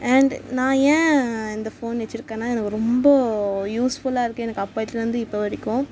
and நான் ஏன் இந்த ஃபோனு வை சிருக்கேன்னா எனக்கு ரொம்ப யூஸ்ஃபுல்லாக இருக்குது எனக்கு அப்போத்துலேருந்து இப்போ வரைக்கும்